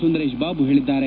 ಸುಂದರೇಶ್ ಬಾಬು ಹೇಳಿದ್ದಾರೆ